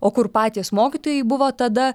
o kur patys mokytojai buvo tada